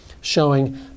showing